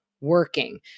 working